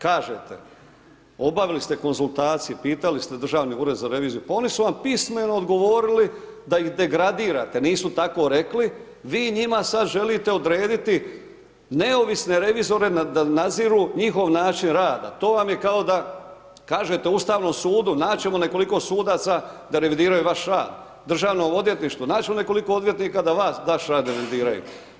Kažete, obavili ste konzultacije, pitali ste Državni ured za reviziju, pa oni su vam pismeno odgovorili da ih degradirate, nisu tako rekli, vi njima sad želite odrediti neovisne revizore da nadziru njihov način rada, to vam je kao da kažete Ustavnom sudu naći ćemo nekoliko sudaca da revidiraju vaš rad, Državno odvjetništvo, naći ćemo nekoliko odvjetnika da vaš rad revidiraju.